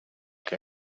que